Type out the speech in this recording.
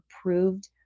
approved